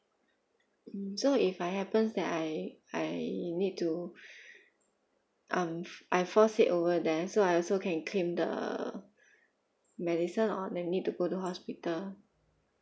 mm so if I happens that I I need to um I fall sick over there so I also can claim the medicine or when need to go to hospital